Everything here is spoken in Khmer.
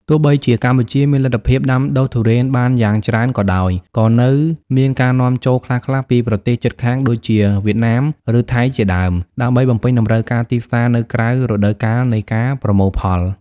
ទោះបីជាកម្ពុជាមានលទ្ធភាពដាំដុះទុរេនបានយ៉ាងច្រើនក៏ដោយ ក៏នៅមានការនាំចូលខ្លះៗពីប្រទេសជិតខាងដូចជាវៀតណាមឬថៃជាដើម ដើម្បីបំពេញតម្រូវការទីផ្សារនៅក្រៅរដូវកាលនៃការប្រមូលផល។